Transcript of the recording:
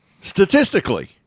statistically